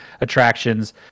attractions